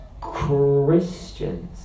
Christians